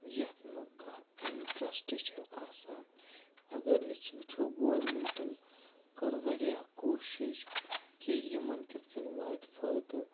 یَتھ نہٕ کانٛہہ اِنٹرٛسٹ چھِ آسان اگر أسۍ وٕچھو گورمِنٛٹن کٔر وارِیاہ کوٗشِش کہِ یِمن کِتھ کٔنۍ واتہِ فٲدٕ